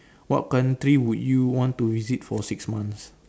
what country would you want to visit for six months